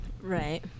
right